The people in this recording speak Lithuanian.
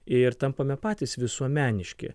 ir tampame patys visuomeniški